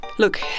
Look